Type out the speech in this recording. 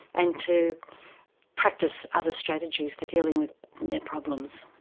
and to practise other strategies for dealing with their problems.